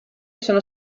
sono